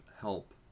help